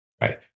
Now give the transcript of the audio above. right